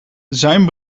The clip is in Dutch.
zijn